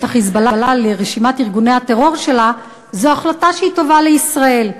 "חיזבאללה" לרשימת ארגוני הטרור שלה זו החלטה שהיא טובה לישראל.